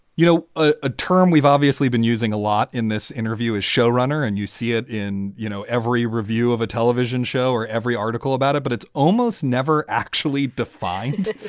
you know, a term we've obviously been using a lot in this interview as show runner. and you see it in, you know, every review of a television show or every article about it, but it's almost never actually defined.